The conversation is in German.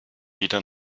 wieder